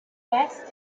west